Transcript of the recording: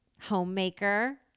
homemaker